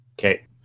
Okay